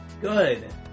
good